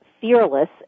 Fearless